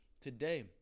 today